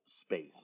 space